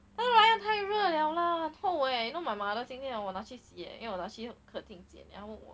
那个 ryan 太热了 lah 臭 leh you know my mother 今天我拿去洗因为我拿去客厅洗 leh 然后